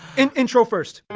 and intro first.